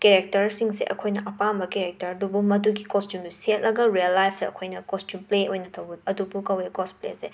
ꯀꯦꯔꯦꯛꯇꯔꯁꯤꯡꯁꯦ ꯑꯩꯈꯣꯏꯅ ꯑꯄꯥꯝꯕ ꯀꯦꯔꯦꯛꯇꯔ ꯑꯗꯨꯕꯨ ꯃꯗꯨꯒꯤ ꯀꯣꯁꯇ꯭ꯌꯨꯝꯗꯨ ꯁꯦꯠꯂꯒ ꯔꯦꯜ ꯂꯥꯏꯐꯇ ꯑꯩꯈꯣꯏꯅ ꯀꯣꯁꯇ꯭ꯌꯨꯝ ꯄ꯭ꯂꯦ ꯑꯣꯏꯅ ꯇꯧꯕ ꯑꯗꯨꯕꯨ ꯀꯧꯋꯦ ꯀꯣꯁꯄ꯭ꯂꯦ ꯑꯁꯦ